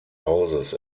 hauses